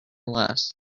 less